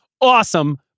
awesome